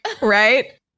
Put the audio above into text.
Right